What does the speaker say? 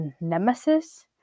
nemesis